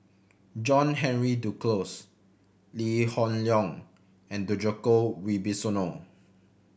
John Henry Duclos Lee Hoon Leong and Djoko Wibisono